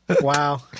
Wow